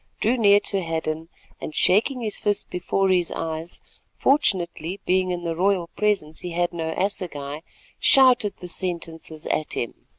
drew near to hadden and shaking his fist before his eyes fortunately being in the royal presence he had no assegai shouted the sentences at him.